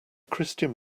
christian